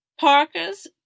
parker's